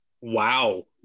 Wow